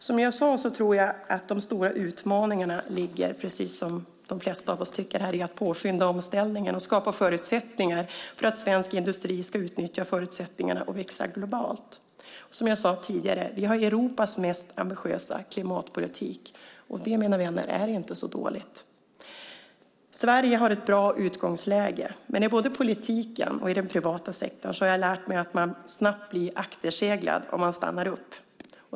Som jag sade tror jag att de stora utmaningarna ligger i att påskynda omställningen och skapa förutsättningar - vilket nog de flesta av oss tycker - för att svensk industri sedan ska kunna utnyttja förutsättningarna och växa globalt. Vi har, som sagt, Europas mest ambitiösa klimatpolitik, och det, mina vänner, är inte så dåligt. Sverige har ett bra utgångsläge, men i både politiken och den privata sektorn har jag lärt mig att man snabbt blir akterseglad om man stannar upp.